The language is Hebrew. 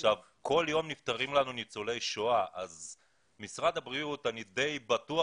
כל יום נפטרים ניצולי שואה ואני בטוח